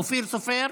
אופיר סופר,